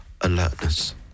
alertness